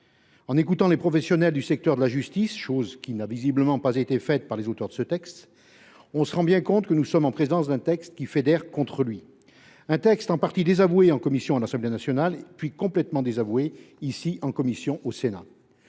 En écoutant les professionnels du secteur de la justice, ce que n’ont visiblement pas fait les auteurs de la proposition de loi, on se rend compte que nous sommes en présence d’un texte qui fédère contre lui. En partie désavoué en commission à l’Assemblée nationale, il a été complètement désavoué par la commission au Sénat.